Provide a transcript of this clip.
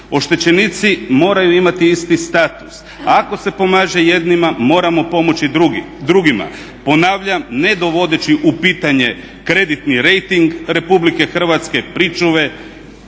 Oštećenici moraju imati isti status. Ako se pomaže jednima moramo pomoći drugima, ponavljam ne dovodeći u pitanje kreditni rejting Republike Hrvatske, pričuve